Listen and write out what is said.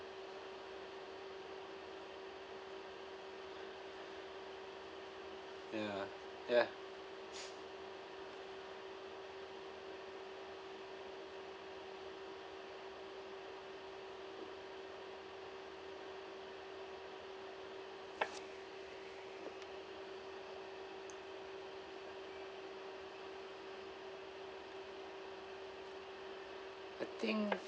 ya ya I think